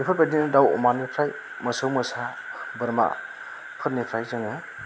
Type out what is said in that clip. बेफोरबायदि दाउ अमानिफ्राइ मोसौ मोसा बोरमा फोरनिफ्राइ जोङो